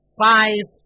five